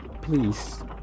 Please